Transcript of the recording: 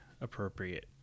appropriate